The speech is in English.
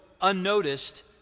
unnoticed